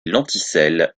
lenticelles